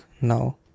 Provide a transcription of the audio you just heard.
now